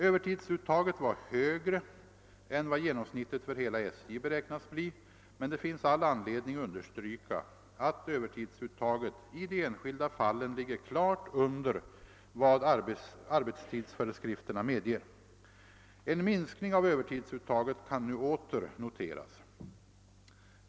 Övertidsuttaget var högre än vad genomsnittet för hela SJ beräknas bli, men det finns all anledning understryka att övertidsuttaget i de enskilda fallen ligger klart under vad arbetstidsföreskrifterna medger. En minskning av övertidsuttaget kan nu åter noteras.